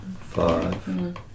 Five